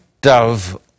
dove